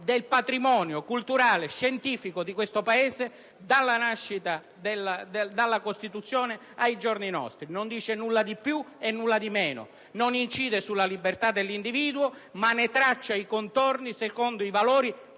del patrimonio culturale e scientifico di questo Paese dall'entrata in vigore della Costituzione ai giorni nostri. Non dice nulla di più e nulla di meno, non incide sulla libertà dell'individuo, ma ne traccia i contorni secondo i valori